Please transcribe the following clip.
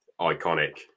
iconic